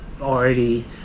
already